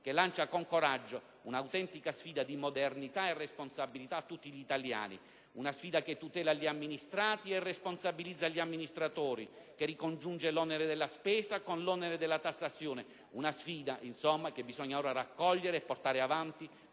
che lancia con coraggio un'autentica sfida di modernità e responsabilità a tutti gli italiani. Essa è una sfida che tutela gli amministrati e responsabilizza gli amministratori, che ricongiunge l'onere della spesa con l'onere della tassazione; una sfida che bisogna ora raccogliere e portare avanti